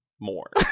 more